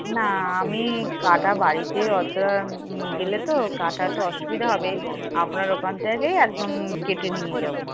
না আমি কাটা বাড়িতে অতটা নিয়ে গেলে তো কাটা তো অসুবিধা হবে আপনার ওখান থেকেই একদম কেটে নিয়ে যাবো